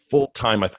full-time